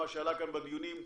מה שעלה כאן בדיונים,